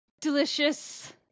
delicious